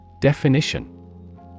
Definition